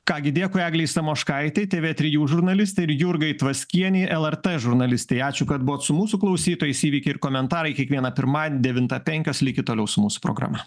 ką gi dėkui eglei samoškaitei tv trijų žurnalistei jurgai tvaskienei lrt žurnalistei ačiū kad buvot su mūsų klausytojais įvykiai ir komentarai kiekvieną pirmadienį devintą penkios likit toliau su mūsų programa